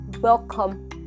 welcome